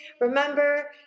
Remember